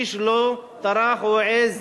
שאיש לא טרח או העז